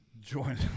Join